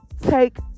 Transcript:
take